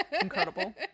Incredible